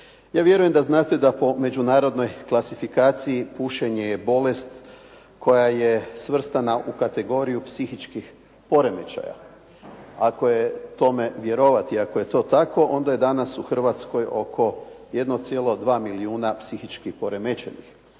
Ja vjerujem da znate da po međunarodnoj klasifikaciji pušenje je bolest koja je svrstana u kategoriju psihičkih poremećaja. Ako je tome vjerovati, ako je to tako onda je danas u Hrvatskoj oko 1,2 milijuna psihički poremećenih